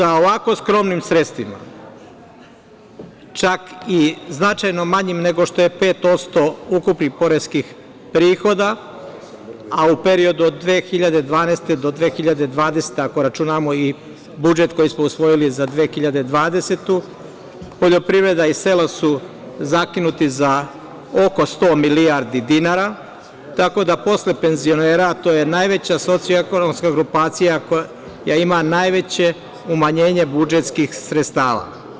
Jer, sa ovako skromnim sredstvima, čak i značajno manjim nego što je 5% ukupnih poreskih prihoda, a u periodu od 2012. do 2020. godine, ako računamo i budžet koji smo usvojili za 2020. godinu, poljoprivreda i sela su zakinuti za oko 100 milijardi dinara, tako da posle penzionera, to je najveća socijalno-ekonomska grupacija koja ima najveće umanjenje budžetskih sredstava.